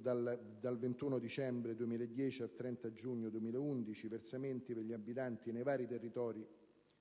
dal 21 dicembre 2010 al 30 giugno 2011 i versamenti per gli abitanti dei vari territori